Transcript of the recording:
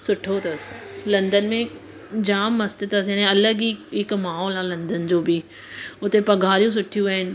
सुठो अथसि लंदन में जाम मस्तु अथसि हिन जा अलॻि ई हिकु माहौल आहे लंदन जो बि हुते पघारियूं सुठियूं आहिनि